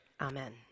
amen